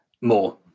More